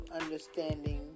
understanding